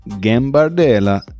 Gambardella